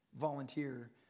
volunteer